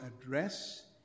address